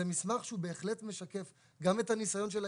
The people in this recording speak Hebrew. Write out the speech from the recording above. זה מסמך שהוא בהחלט משקף גם את הניסיון של ההסתדרות.